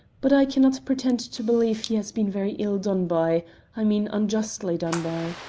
but i cannot pretend to believe he has been very ill done by i mean unjustly done by.